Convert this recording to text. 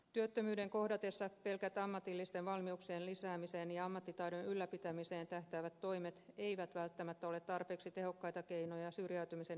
työttömyyden kohdatessa pelkät ammatillisten valmiuksien lisäämiseen ja ammattitaidon ylläpitämiseen tähtäävät toimet eivät välttämättä ole tarpeeksi tehokkaita keinoja syrjäytymisen ehkäisyyn